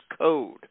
code